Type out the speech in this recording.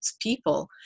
people